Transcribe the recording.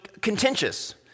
contentious